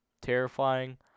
Terrifying